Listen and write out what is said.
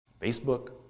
Facebook